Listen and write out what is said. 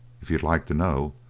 if you'd like to know!